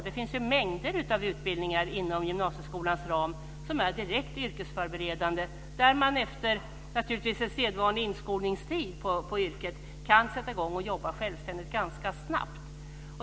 Det finns mängder av utbildningar inom gymnasieskolans ram som är direkt yrkesförberedande och där man, naturligtvis efter en sedvanlig inskolningstid i yrket, kan sätta i gång och jobba självständigt ganska snabbt.